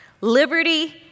liberty